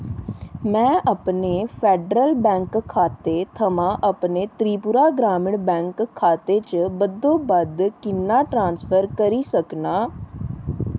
मैं अपने Federal Bank खाते थमां अपने त्रिपुरा ग्रामीण बैंक खाते च बद्धोबद्ध किन्ना ट्रांसफर करी सकनां